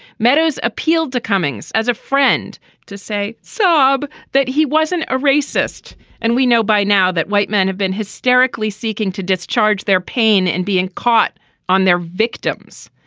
meadows appealed to cummings as a friend to say sob that he wasn't a racist and we know by now that white men have been hysterically seeking to discharge their pain and being caught on their victims.